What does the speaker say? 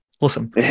awesome